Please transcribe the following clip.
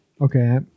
okay